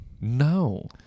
no